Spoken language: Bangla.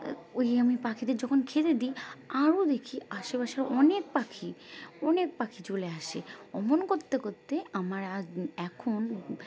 ওই আমি পাখিদের যখন খেতে দিই আরও দেখি আশেপাশের অনেক পাখি অনেক পাখি চলে আসে এমন করতে করতে আমার এখন